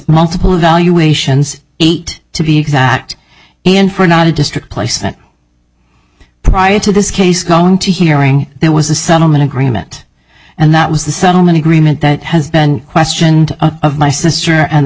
multiple evaluations eight to be exact in for not a district place that prior to this case going to hearing there was a settlement agreement and that was the settlement agreement that has been questioned my sister and the